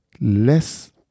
less